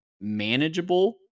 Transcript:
manageable